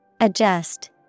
Adjust